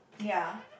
ya